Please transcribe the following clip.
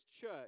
church